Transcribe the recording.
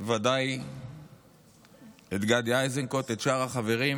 ודאי את גדי איזנקוט, את שאר החברים.